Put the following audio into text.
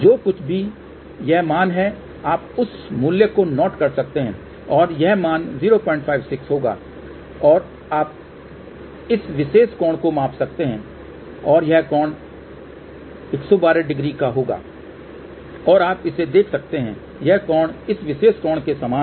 जो कुछ भी यह मान है आप उस मूल्य को नोट कर सकते हैं और यह मान 056 होगा और अब आप इस विशेष कोण को माप सकते हैं और यह कोण 1120 होगा और आप इसे देख सकते हैं यह कोण इस विशेष कोण के समान है